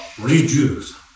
reduce